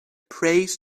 prays